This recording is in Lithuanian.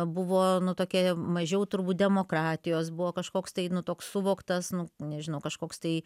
buvo nu tokia mažiau turbūt demokratijos buvo kažkoks tai nu toks suvoktas nu nežinau kažkoks tai